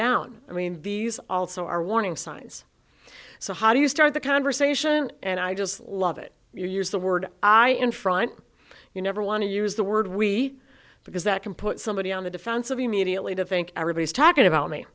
down i mean these also are warning signs so how do you start the conversation and i just love it you use the word i in front you never want to use the word we because that can put somebody on the defensive immediately to think everybody's talking about me